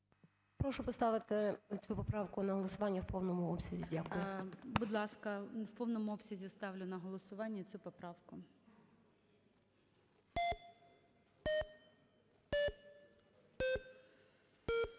Прошу поставити цю поправку на голосування в повному обсязі. Дякую. ГОЛОВУЮЧИЙ. Будь ласка, в повному обсязі ставлю на голосування цю поправку.